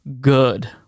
Good